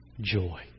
joy